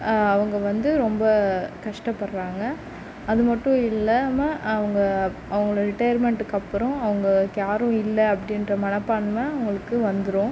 அவங்க வந்து ரொம்ப கஷ்டப்படுறாங்க அது மட்டும் இல்லாம அவங்க அவங்களோட ரிட்டையர்மெண்ட்டுக்கு அப்புறம் அவங்களுக்கு யாரும் இல்லை அப்படின்ற மனப்பான்மை அவங்களுக்கு வந்துவிடும்